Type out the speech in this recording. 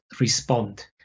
respond